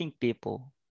people